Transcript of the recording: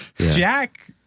Jack